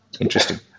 Interesting